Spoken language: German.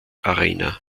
arena